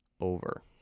over